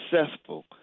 successful